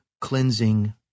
cleansing